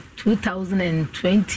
2020